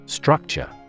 Structure